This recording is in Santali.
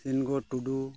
ᱥᱤᱱᱜᱳ ᱴᱩᱰᱩ